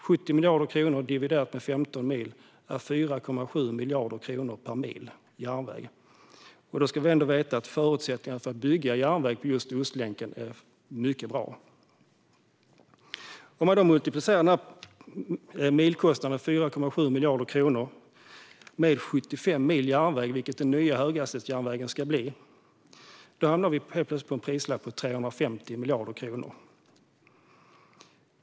70 miljarder kronor dividerat med 15 mil är 4,7 miljarder kronor per mil järnväg. Då ska vi ändå veta att förutsättningarna för att bygga järnväg på just Ostlänken är mycket bra. Om man då multiplicerar milkostnaden 4,7 miljarder kronor med 75 mil järnväg, som den nya höghastighetsjärnvägen ska bli, hamnar vi helt plötsligt på ett pris på 350 miljarder kronor.